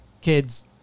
kids